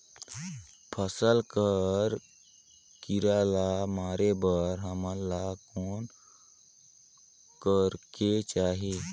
फसल कर कीरा ला मारे बर हमन ला कौन करेके चाही?